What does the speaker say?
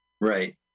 Right